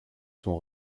sont